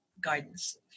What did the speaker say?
guidance